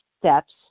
steps